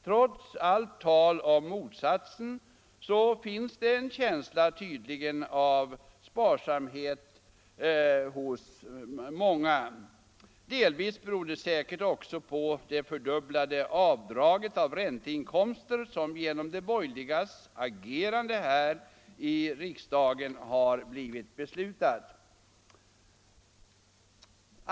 Trots allt tal om motsatsen så finns det tydligen en känsla för sparande hos många. Delvis beror det säkert också på det fördubblade avdrag för ränteinkomster som genom de borgerligas agerande beslutats här i riksdagen.